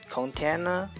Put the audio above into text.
container